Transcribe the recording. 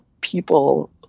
people